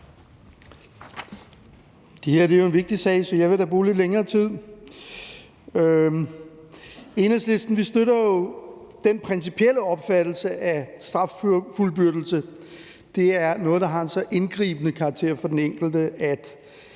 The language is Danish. Det her er jo en vigtig sag, så jeg vil da bruge lidt længere tid. Enhedslisten støtter den principielle opfattelse af straffuldbyrdelse, at det er noget, der har en så indgribende karakter for den enkelte,